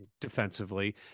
defensively